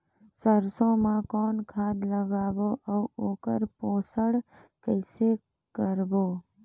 सरसो मा कौन खाद लगाबो अउ ओकर पोषण कइसे करबो?